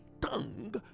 tongue